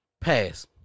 Pass